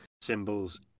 symbols